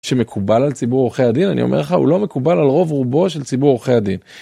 שמקובל על ציבור עורכי הדין אני אומר לך הוא לא מקובל על רוב רובו של ציבור עורכי הדין.